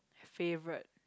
favourite